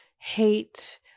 hate